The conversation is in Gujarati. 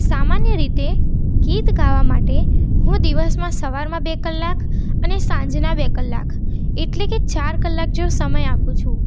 સામાન્ય રીતે ગીત ગાવા માટે હું દિવસમાં સવારમાં બે કલાક અને સાંજના બે કલાક એટલે કે ચાર કલાક જેવો સમય આપું છું